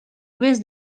més